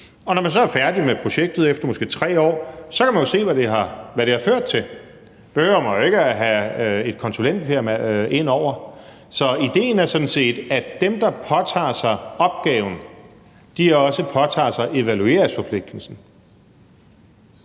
3 år er færdig med projektet, så kan se, hvad det har ført til. Der behøver man jo ikke at have et konsulentfirma ind over. Så idéen er sådan set, at dem, der påtager sig opgaven, også påtager sig evalueringsforpligtelsen.